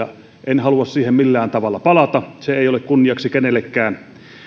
en halua siihen millään tavalla kunniaksi kenellekään